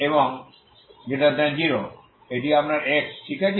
এবং 0 এটি আপনার x ঠিক আছে